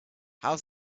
how